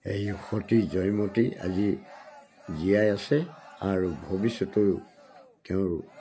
সেই সতী জয়মতী আজি জীয়াই আছে আৰু ভৱিষ্যতেও তেওঁৰ